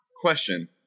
question